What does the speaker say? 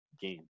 game